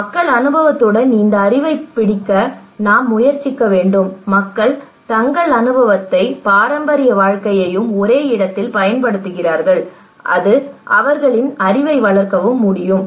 மக்கள் அனுபவத்துடன் அந்த அறிவைப் பிடிக்க நாம் முயற்சிக்க வேண்டும் மக்கள் தங்கள் அனுபவத்தையும் பாரம்பரிய வாழ்க்கையையும் ஒரே இடத்தில் பயன்படுத்துகிறார்கள் அது அவர்களின் அறிவை வளர்க்கவும் முடியும்